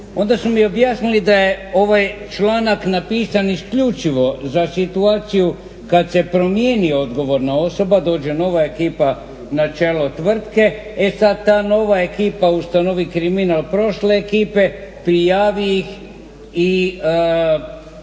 Onda su mi objasnili da je ovaj članak napisan isključivo za situaciju kad se promijeni odgovorna osoba, dođe nova ekipa na čelo tvrtke. E sad ta nova ekipa ustanovi kriminal prošle ekipe, prijavi ih i